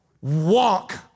walk